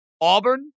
Auburn